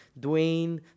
Dwayne